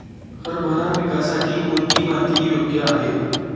हरभरा पिकासाठी कोणती माती योग्य आहे?